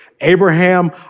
Abraham